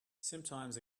sometimes